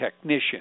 technician